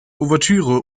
ouvertüre